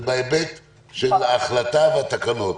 ובהיבט של החלטה בתקנות.